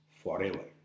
forever